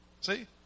See